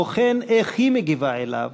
בוחן איך היא מגיבה אליו,